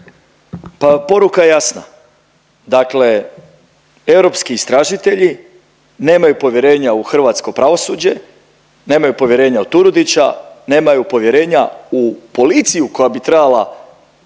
Pa poruka je jasna, dakle europski istražitelji nemaju povjerenja u hrvatsko pravosuđe, nemaju povjerenja u Turudića, nemaju povjerenja u policiju koja bi trebala